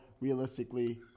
realistically